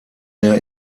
mehr